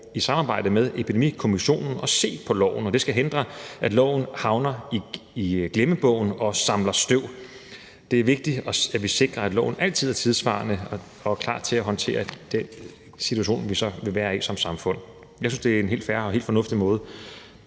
i samarbejde med Epidemikommissionen at se på loven, og det skal hindre, at loven havner i glemmebogen og samler støv. Det er vigtigt, at vi sikrer, at loven altid er tidssvarende og er klar til at håndtere den situation, vi så vil være i som samfund. Jeg synes, det er en helt fair og helt fornuftig måde